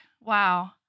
Wow